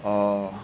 oh